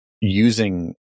using